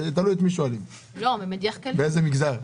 תלוי את מי שואלים, באיזה מגזר.